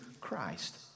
Christ